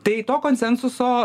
tai to konsensuso